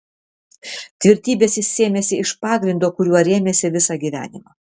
tvirtybės jis sėmėsi iš pagrindo kuriuo rėmėsi visą gyvenimą